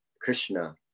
krishna